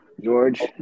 George